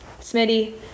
Smitty